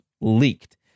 leaked